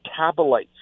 metabolites